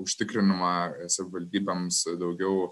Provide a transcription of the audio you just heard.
užtikrinimą savivaldybėms daugiau